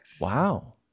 Wow